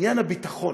עניין הביטחון.